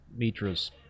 Mitras